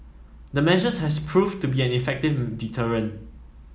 the measure has proved to be an effective deterrent